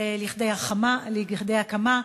לכדי הקמה,